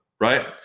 Right